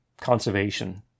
conservation